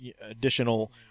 additional